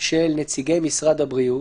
של נציגי משרד הבריאות,